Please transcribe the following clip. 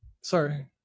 Sorry